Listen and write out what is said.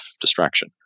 distraction